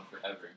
forever